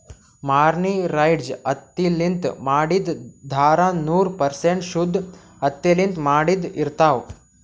mercerized ಹತ್ತಿಲಿಂತ್ ಮಾಡಿದ್ದ್ ಧಾರಾ ನೂರ್ ಪರ್ಸೆಂಟ್ ಶುದ್ದ್ ಹತ್ತಿಲಿಂತ್ ಮಾಡಿದ್ದ್ ಇರ್ತಾವ್